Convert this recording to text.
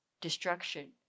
destruction